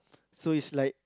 so it's like